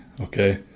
okay